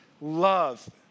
love